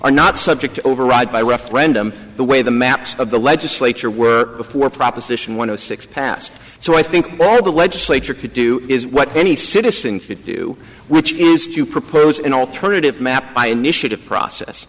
are not subject to override by referendum the way the maps of the legislature work before proposition one of six passed so i think all the legislature could do is what any citizen to do which is to propose an alternative map by initiative process